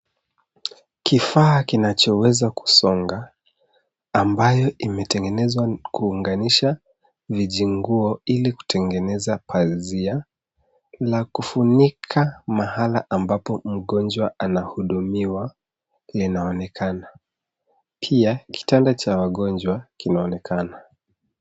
Kifaa kinachoweza kusonga, ambayo imetenenezezwa kuunganisha vijinguo ili kutengeneza pazia la kufunika mahala ambapo mgonjwa anahudumiwa, linaonekana. Pia, kitanda cha wagonjwa kinaonekana.